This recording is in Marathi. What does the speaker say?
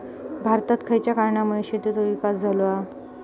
भारतात खयच्या कारणांमुळे शेतीचो विकास झालो हा?